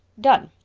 done.